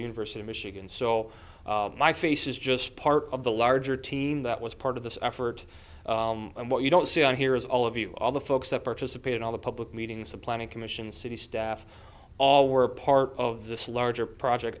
university of michigan so my face is just part of the larger team that was part of this effort and what you don't see on here is all of you all the folks that participate in all the public meetings the planning commission city staff all were part of this larger project